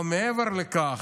אבל מעבר לכך,